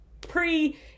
pre